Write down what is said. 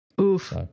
Oof